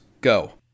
go